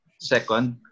Second